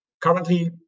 currently